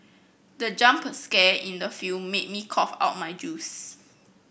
the jump scare in the film made me cough out my juice